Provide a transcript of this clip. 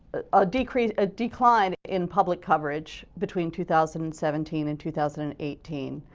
ah decline ah decline in public coverage between two thousand and seventeen and two thousand and eighteen.